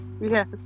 yes